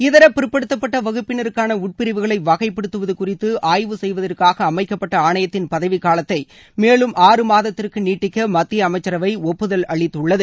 இதர பிற்படுத்தப்பட்ட வகுப்பினருக்கான உட்பிரிவுகளை வகைப்படுத்துவது குறித்து ஆய்வு செய்வதற்காக அமைக்கப்பட்ட ஆணையத்தின் பதவிகாலத்தை மேலும் ஆறு மாதத்திற்கு நீட்டிக்க மத்திய அமைச்சரவை ஒப்புதல் அளித்துள்ளது